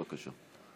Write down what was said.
בבקשה.